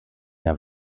der